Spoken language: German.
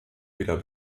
wieder